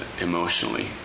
emotionally